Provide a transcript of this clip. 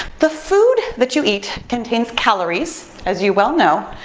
the food that you eat contains calories as you well know.